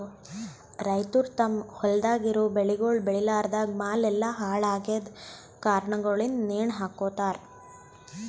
ರೈತುರ್ ತಮ್ ಹೊಲ್ದಾಗ್ ಇರವು ಬೆಳಿಗೊಳ್ ಬೇಳಿಲಾರ್ದಾಗ್ ಮಾಲ್ ಎಲ್ಲಾ ಹಾಳ ಆಗಿದ್ ಕಾರಣಗೊಳಿಂದ್ ನೇಣ ಹಕೋತಾರ್